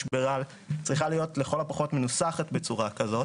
ברעל צריכה להיות לכל הפחות מנוסחת בצורה כזאת.